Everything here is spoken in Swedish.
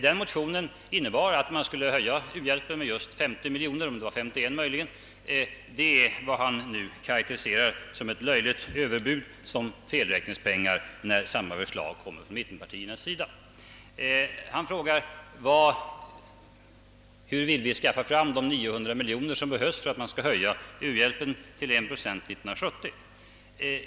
Hans motion innebar att man skulle höja u-hjälpen med 51 miljoner kronor. Han karakteriserar nu detta belopp som ett löjligt överbud, som felräkningspengar, när samma förslag kommer från mittenpartierna. Han frågar hur vi vill skaffa fram de 900 miljoner som behövs för att man skall höja u-hjälpen till 1 procent 1970.